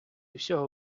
всього